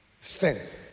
Strength